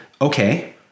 Okay